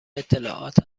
اطلاعات